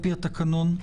לפי התקנון,